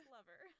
Lover